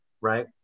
Right